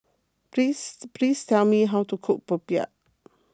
please please tell me how to cook Popiah